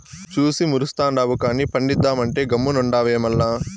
చూసి మురుస్తుండావు గానీ పండిద్దామంటే గమ్మునుండావే మల్ల